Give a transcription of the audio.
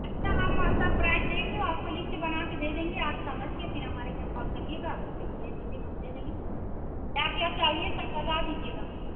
अच्छा हम सब प्राइस देखकर आपको लिस्ट बनाकर दे देंगे आप समझकर फिर हमारे यहाँ कॉल करिएगा बच्चे को भेज दीजिएगा हम दे देंगे क्या क्या चाहिए सब बता दीजिएगा हमको